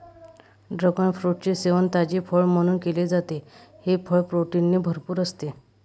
dragon फ्रूटचे सेवन ताजे फळ म्हणून केले जाते, हे फळ प्रोटीनने भरपूर असते